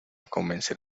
convencer